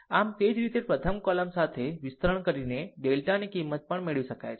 આમ તે જ રીતે પ્રથમ કોલમ સાથે વિસ્તરણ કરીને ડેલ્ટાની કિંમત પણ મેળવી શકાય છે